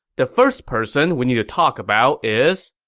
the first person we need to talk about is,